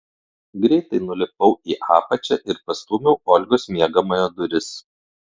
greitai nulipau į apačią ir pastūmiau olgos miegamojo duris